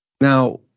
Now